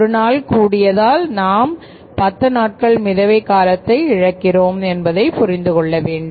ஒருநாள் கூடியதால் நாம் பத்து நாட்கள் மிதவை காலத்தை இழக்கிறோம் என்பதை புரிந்து கொள்ள வேண்டும்